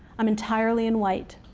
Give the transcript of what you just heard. i'm entirely in white.